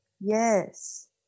Yes